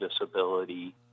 disability